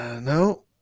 No